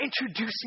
introducing